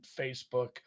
Facebook